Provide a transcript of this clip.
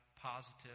positive